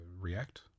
react